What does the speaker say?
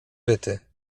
byty